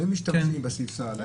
האם משתמשים בסעיף סל?